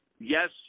Yes